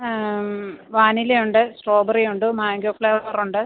വാനിലയുണ്ട് സ്ട്രോബെറിയുണ്ട് മാംഗോ ഫ്ലേവറുണ്ട്